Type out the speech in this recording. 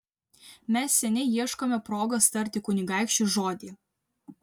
mes seniai ieškome progos tarti kunigaikščiui žodį